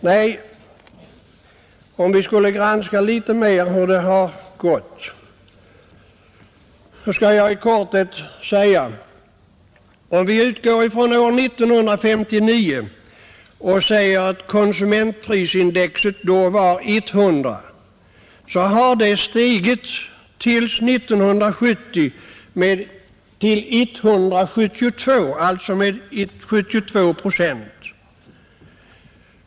Nej, om vi skulle granska litet närmare hur det har gått, skulle jag i korthet säga: Om vi utgår från år 1959 och säger att konsumentprisindex då var 100, hade det stigit till 172 år 1970, alltså med 72 procent.